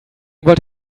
wollte